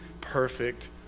perfect